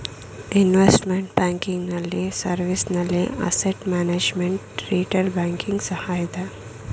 investment banking ನಲ್ಲಿ service ನಲ್ಲಿ asset management, retail banking ಸಹ ಇದೆ